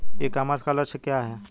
ई commerce का लक्ष्य क्या है?